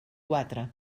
quatre